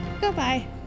Goodbye